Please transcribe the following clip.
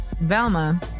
Velma